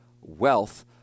Wealth